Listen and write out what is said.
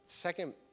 Second